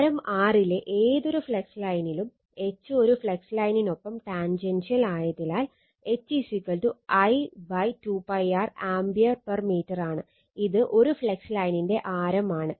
ആരം r ലെ ഏതൊരു ഫ്ലക്സ് ലൈനിനും H ഒരു ഫ്ലക്സ് ലൈനിനൊപ്പം ടാൻജൻഷ്യൽ ആയതിനാൽ H I 2 π r ampere per മീറ്ററാണ് ഇത് ഒരു ഫ്ലക്സ് ലൈനിന്റെ ആരം ആണ്